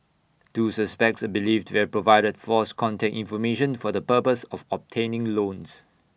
two suspects are believed to have provided false contact information for the purpose of obtaining loans